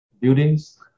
buildings